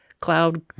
Cloud